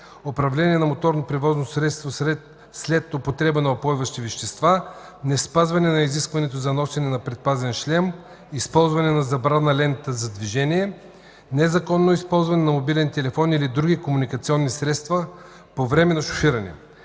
управление на моторно превозно средство след употреба на упойващи вещества, неспазване на изискването за носене на предпазен шлем, използване на забранена лента за движение, незаконно използване на мобилен телефон или други комуникационни средства по време на шофиране.